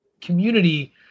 community